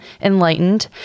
enlightened